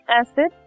acid